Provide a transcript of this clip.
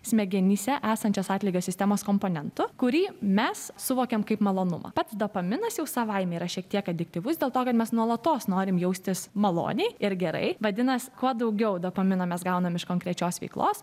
smegenyse esančias atlygio sistemos komponento kurį mes suvokiam kaip malonumą pats dopaminas jau savaime yra šiek tiek adityvus dėl to kad mes nuolatos norim jaustis maloniai ir gerai vadinas kuo daugiau dopamino mes gauname iš konkrečios veiklos